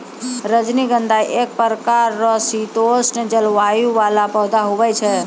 रजनीगंधा एक प्रकार रो शीतोष्ण जलवायु वाला पौधा हुवै छै